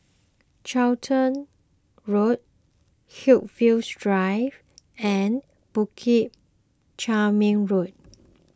Charlton Road Haigsvilles Drive and Bukit Chermin Road